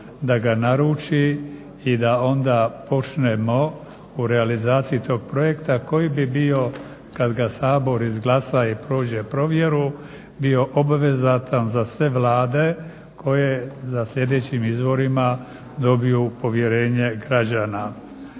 da ga naruči i da onda počnemo u realizaciji tog projekta koji bi bio kad ga Sabor izglasa i prođe provjeru bio obvezatan za sve Vlade koje na sljedećim izborima dobiju povjerenje građana.